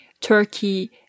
Turkey